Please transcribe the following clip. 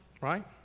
right